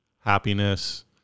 happiness